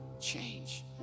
change